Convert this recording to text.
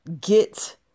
get